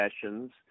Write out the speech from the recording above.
sessions